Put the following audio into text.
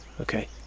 Okay